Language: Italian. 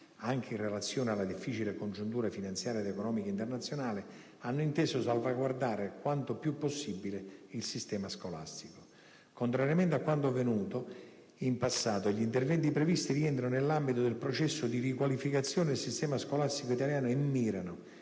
anche in relazione alla difficile congiuntura finanziaria ed economica internazionale - hanno inteso salvaguardare quanto più possibile il sistema scolastico. Contrariamente a quanto avvenuto in passato, gli interventi previsti rientrano nell'ambito del processo di riqualificazione del sistema scolastico italiano e mirano